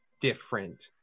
different